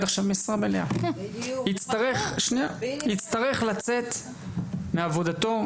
עכשיו משרה מלאה יצטרך לצאת מעבודתו.